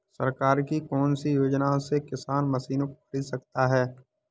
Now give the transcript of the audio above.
सरकार की कौन सी योजना से किसान मशीनों को खरीद सकता है?